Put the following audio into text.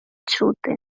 чути